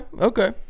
okay